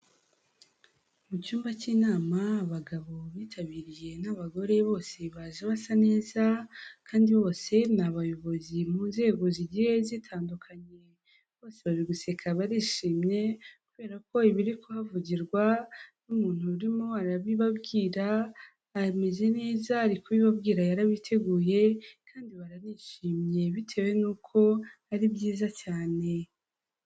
Mu cyumba k'inama abagabo bitabiriye n'abagore bose baje basa neza, kandi bose ni abayobozi mu nzego zigiye zitandukanye. Bose bari guseka barishimye, kubera ko ibiri kuhavugirwa n'umuntu urimo arabibabwira ameze neza ari kubibabwira yarabiteguye, kandi baranishimye bitewe n'uko ari byiza cyane.